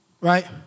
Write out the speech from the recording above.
right